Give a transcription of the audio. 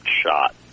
shot